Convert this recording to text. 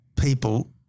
people